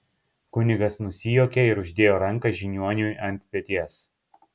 kunigas nusijuokė ir uždėjo ranką žiniuoniui ant peties